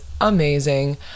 amazing